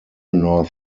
north